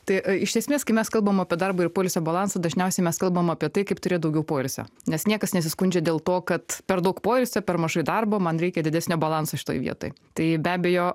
tai iš esmės kai mes kalbam apie darbo ir poilsio balansą dažniausiai mes kalbam apie tai kaip turėt daugiau poilsio nes niekas nesiskundžia dėl to kad per daug poilsio per mažai darbo man reikia didesnio balanso šitoj vietoj tai be abejo